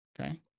Okay